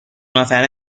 نفره